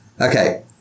okay